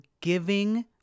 giving